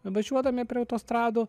važiuodami prie autostradų